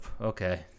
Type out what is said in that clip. okay